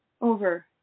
over